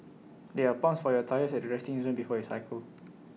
there are pumps for your tyres at the resting zone before you cycle